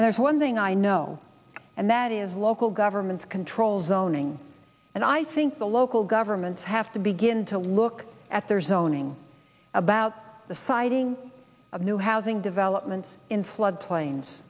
and there's one thing i know and that is local governments control zoning and i think the local governments have to begin to look at their zoning about the siting of new housing developments in flood plains